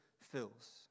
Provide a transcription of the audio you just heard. fills